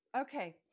Okay